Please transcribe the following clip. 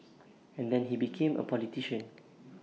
and then he became A politician